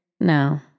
No